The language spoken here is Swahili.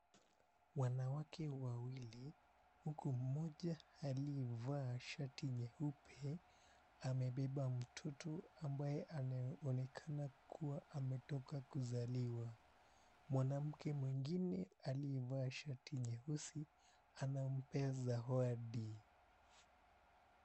Wanawake wawili huku mmoja aliyevaa shati nyeupe amebeba mtoto ambaye anayeonekana ku𝑤a ametoka kuzaliwa. Mwanamke mw𝑖ngine aliyevaa shati nyeusi anampea zawadi.